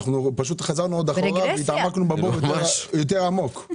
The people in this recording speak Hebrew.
חזרנו אחורה ונכנסנו לבור יותר עמוק.